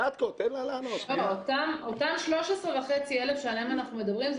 אותם 13,500 שעליהם אנחנו מדברים הם